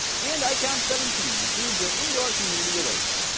and icon seventeen includes your indoor humidity alerts.